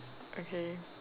okay